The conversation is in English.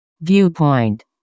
Viewpoint